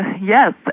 yes